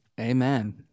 Amen